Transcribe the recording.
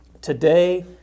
today